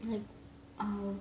like our